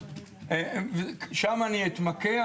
שם אני אתמקח?